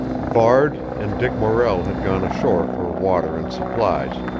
varde and dick morrell had gone ashore for water and supplies,